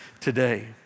today